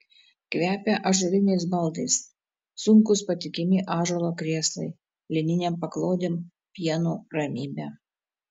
kvepia ąžuoliniais baldais sunkūs patikimi ąžuolo krėslai lininėm paklodėm pienu ramybe